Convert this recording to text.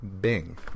Bing